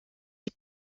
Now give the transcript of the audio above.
die